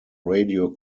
radio